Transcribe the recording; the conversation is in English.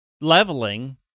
Leveling